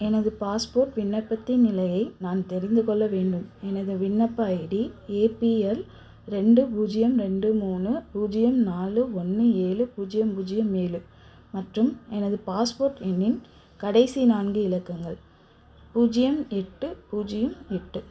எனது பாஸ்போர்ட் விண்ணப்பத்தின் நிலையை நான் தெரிந்து கொள்ள வேண்டும் எனது விண்ணப்ப ஐடி ஏபிஎல் ரெண்டு பூஜ்ஜியம் ரெண்டு மூணு பூஜ்ஜியம் நாலு ஒன்று ஏழு பூஜ்ஜியம் பூஜ்ஜியம் ஏழு மற்றும் எனது பாஸ்போர்ட் எண்ணின் கடைசி நான்கு இலக்கங்கள் பூஜ்ஜியம் எட்டு பூஜ்ஜியம் எட்டு